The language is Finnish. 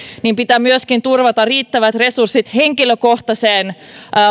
pitää myöskin turvata riittävät resurssit henkilökohtaiseen